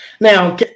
Now